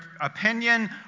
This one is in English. opinion